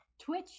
Twitch